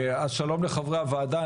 שלום לחברי הוועדה,